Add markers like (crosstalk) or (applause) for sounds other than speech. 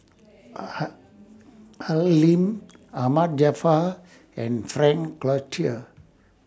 (noise) Al Lim Ahmad Jaafar and Frank Cloutier